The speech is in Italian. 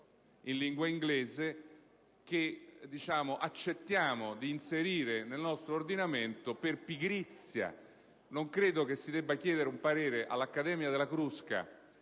in lingua inglese, che accettiamo di inserire nel nostro ordinamento per pigrizia. Non credo che si debba chiedere un parere all'Accademia della Crusca